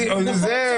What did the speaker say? בדיוק.